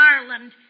Ireland